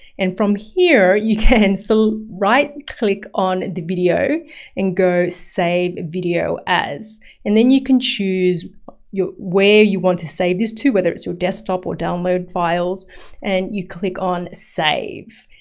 and from here you can so right click on the video and go save video as and then you can choose where you want to save this to, whether it's your desktop or download files and you click on save.